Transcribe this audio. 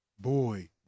Boy